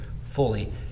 fully